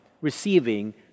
receiving